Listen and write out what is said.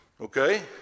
Okay